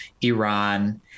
Iran